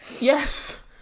Yes